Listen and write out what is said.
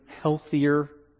healthier